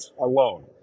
alone